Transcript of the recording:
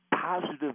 positive